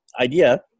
idea